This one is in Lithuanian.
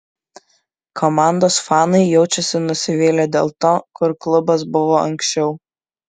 komandos fanai jaučiasi nusivylę dėl to kur klubas buvo anksčiau